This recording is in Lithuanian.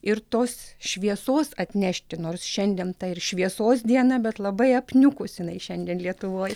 ir tos šviesos atnešti nors šiandien ta ir šviesos diena bet labai apniukus jinai šiandien lietuvoj